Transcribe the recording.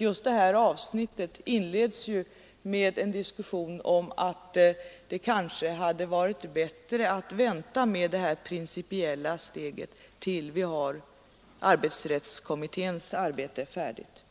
Just det här avsnittet inleds med en diskussion om att det kanske hade varit bättre att vänta med detta principiella steg tills arbetsrättskommitténs arbete var färdigt.